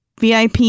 VIP